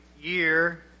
year